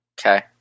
Okay